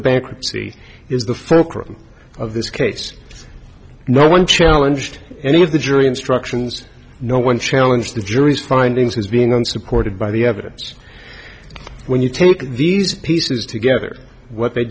bankruptcy is the focus of this case no one challenged any of the jury instructions no one challenge the jury's findings as being unsupported by the evidence when you take these pieces together what they